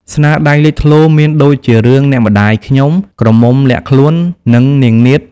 ស្នាដៃលេចធ្លោមានដូចជារឿង អ្នកម្តាយខ្ញុំ ក្រមុំលាក់ខ្លួន និង នាងនាថ។